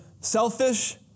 selfish